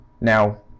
now